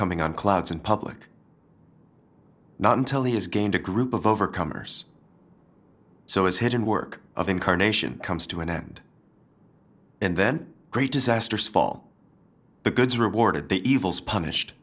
coming on clouds in public not until he has gained a group of overcomers so his head and work of incarnation comes to an end and then great disasters fall the goods are rewarded the evils punished